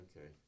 Okay